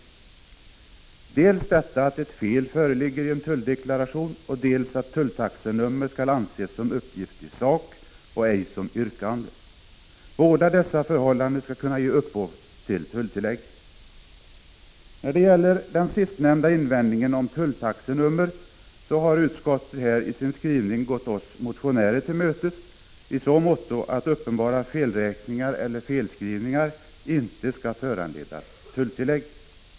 Det handlar om dels när ett fel föreligger i en tulldeklaration, dels att tulltaxenummer skall anses som uppgift i sak och ej som yrkande. Båda dessa förhållanden skall kunna ge upphov till tulltillägg. När det gäller den sistnämnda invändningen om tulltaxenummer, har utskottet här i sin skrivning gått oss motionärer till mötes i så måtto att uppenbara felräkningar eller felskrivningar inte skall föranleda tulltillägg.